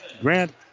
Grant